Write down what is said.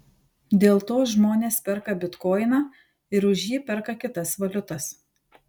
dėl to žmonės perka bitkoiną ir už jį perka kitas valiutas